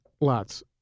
lots